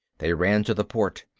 they ran to the port.